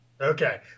Okay